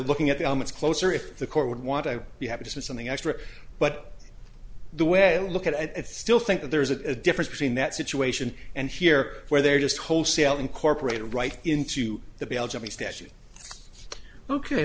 looking at the elements closer if the court would want to be happy to something extra but the way i look at it still think that there is a difference between that situation and here where they're just wholesale incorporated right into the belgium statute ok